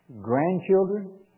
grandchildren